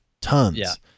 tons